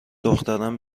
دخترم